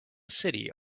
city